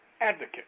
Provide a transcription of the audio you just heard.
advocate